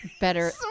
Better